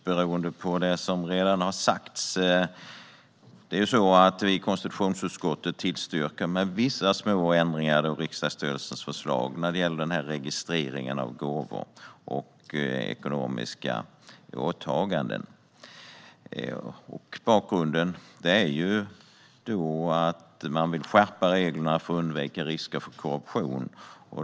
Herr talman! Konstitutionsutskottet tillstyrker med vissa små ändringar riksdagsstyrelsens förslag när det gäller registreringen av gåvor och ekonomiska åtaganden. Bakgrunden är att man vill skärpa reglerna för att undvika risker för korruption.